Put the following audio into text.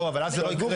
לא, אבל זה זה לא יקרה.